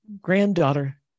granddaughter